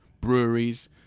breweries